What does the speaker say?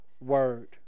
word